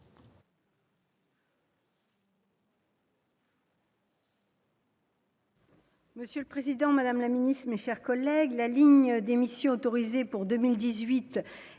Monsieur le Président, Madame la Ministre, mes chers collègues, la ligne démission autorisées pour 2018